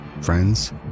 Friends